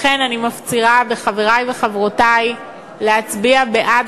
לכן אני מפצירה בחברי וחברותי להצביע בעד